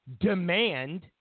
demand